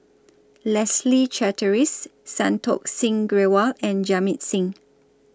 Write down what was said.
Leslie Charteris Santokh Singh Grewal and Jamit Singh